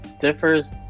differs